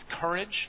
courage